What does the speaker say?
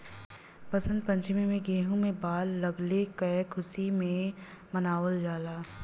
वसंत पंचमी में गेंहू में बाल लगले क खुशी में मनावल जाला